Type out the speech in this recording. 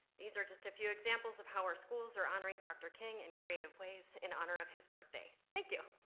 these are just a few examples of how our schools are honoring dr. king in and creative ways in honor of his birthday, thank you.